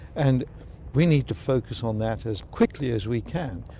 and we need to focus on that as quickly as we can.